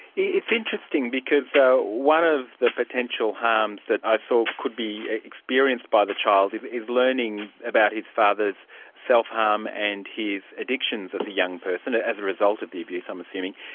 it's interesting, because so one of the potential harms that i saw could be experienced by the child is is learning about his father's self-harm and his addictions as a young person, as a result of the abuse i'm assuming.